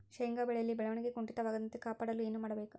ಶೇಂಗಾ ಬೆಳೆಯಲ್ಲಿ ಬೆಳವಣಿಗೆ ಕುಂಠಿತವಾಗದಂತೆ ಕಾಪಾಡಲು ಏನು ಮಾಡಬೇಕು?